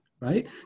Right